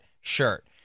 shirt